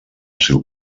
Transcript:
seu